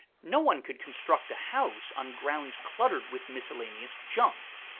no one could construct a house on ground cluttered with miscellaneous junk.